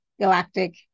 Galactic